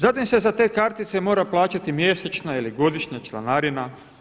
Zatim se za te kartice mora plaćati mjesečna ili godišnja članarina.